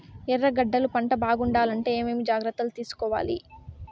ఎర్రగడ్డలు పంట బాగుండాలంటే ఏమేమి జాగ్రత్తలు తీసుకొవాలి?